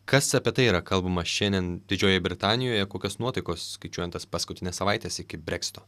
kas apie tai yra kalbama šiandien didžiojoje britanijoje kokios nuotaikos skaičiuojant tas paskutines savaites iki breksito